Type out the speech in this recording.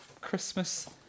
Christmas